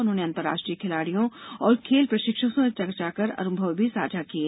उन्होंने अंतर्राष्ट्रीय खिलाड़ियों और खेल प्रषिक्षकों से चर्चा कर अनुभव भी साझा किये